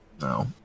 No